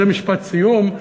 זה משפט סיום,